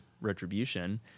retribution